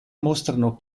mostrano